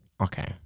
okay